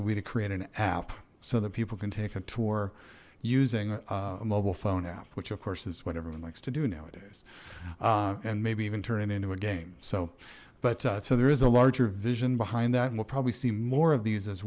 be to create an app so that people can take a tour using a mobile phone app which of course is what everyone likes to do nowadays and maybe even turn it into a game so but so there is a larger vision behind that and we'll probably see more of these as